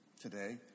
today